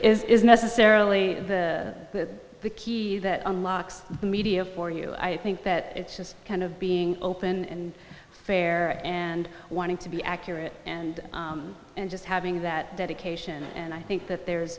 you is necessarily the key that unlocks the media for you i think that it's just kind of being open and fair and wanting to be accurate and and just having that dedication and i think that there's